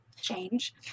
change